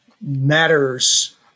matters